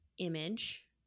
Image